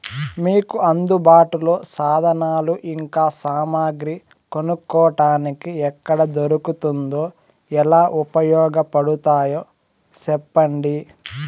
మీకు అందుబాటులో సాధనాలు ఇంకా సామగ్రి కొనుక్కోటానికి ఎక్కడ దొరుకుతుందో ఎలా ఉపయోగపడుతాయో సెప్పండి?